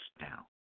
now